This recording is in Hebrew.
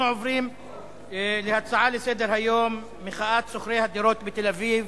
אנחנו עוברים להצעות לסדר-היום: מחאת שוכרי הדירות בתל-אביב,